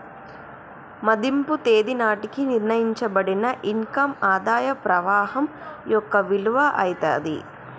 మదింపు తేదీ నాటికి నిర్ణయించబడిన ఇన్ కమ్ ఆదాయ ప్రవాహం యొక్క విలువ అయితాది